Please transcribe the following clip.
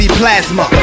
plasma